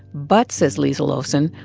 but, says liesl olson,